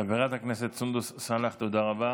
חברת הכנסת סונדוס סאלח, תודה רבה.